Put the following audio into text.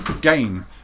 game